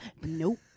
Nope